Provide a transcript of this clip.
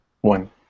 One